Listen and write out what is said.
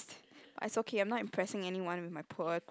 it's okay I'm not impressing anyone with my poor grammar